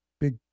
big